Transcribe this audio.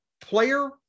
player